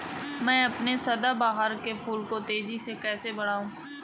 मैं अपने सदाबहार के फूल को तेजी से कैसे बढाऊं?